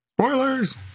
Spoilers